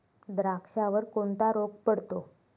द्राक्षावर कोणता रोग पडतो?